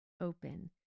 Open